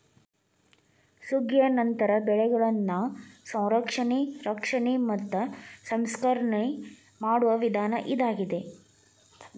ಸುಗ್ಗಿಯ ನಂತರ ಬೆಳೆಗಳನ್ನಾ ಸಂರಕ್ಷಣೆ, ರಕ್ಷಣೆ ಮತ್ತ ಸಂಸ್ಕರಣೆ ಮಾಡುವ ವಿಧಾನ ಇದಾಗಿದೆ